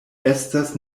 estas